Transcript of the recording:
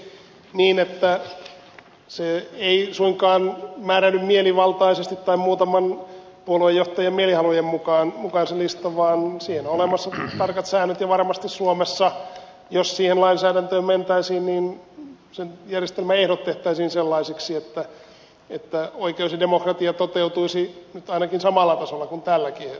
lahtela myös totesi että se lista ei suinkaan määräydy mielivaltaisesti tai muutaman puoluejohtajan mielihalujen mukaan vaan siihen on olemassa tarkat säännöt ja varmasti suomessa jos siihen lainsäädäntöön mentäisiin sen järjestelmän ehdot tehtäisiin sellaisiksi että oikeus ja demokratia toteutuisivat nyt ainakin samalla tasolla kuin tälläkin hetkellä